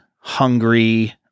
hungry